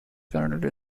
currently